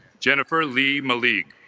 jennifer lima league